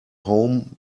home